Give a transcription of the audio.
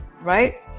right